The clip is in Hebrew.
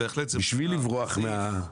בשביל לברוח מההגדרות.